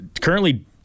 Currently